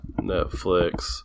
Netflix